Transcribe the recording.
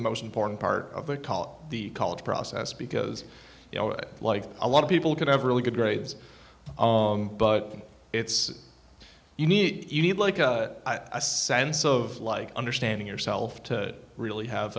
the most important part of the call the college process because you know it like a lot of people could have really good grades but it's you need you need like a i sense of like understanding yourself to really have